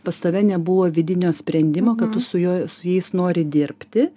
pas tave nebuvo vidinio sprendimo kad tu su juo su jais nori dirbti